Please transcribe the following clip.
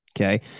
Okay